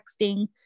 texting